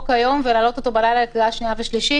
היום ולהעלות אותו בלילה לקריאה שנייה ושלישית.